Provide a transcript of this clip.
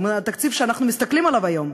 התקציב שאנחנו מסתכלים עליו היום,